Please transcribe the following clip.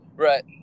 Right